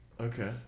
okay